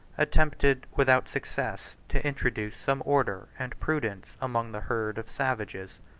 attempted without success to introduce some order and prudence among the herd of savages.